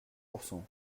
pourcent